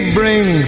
bring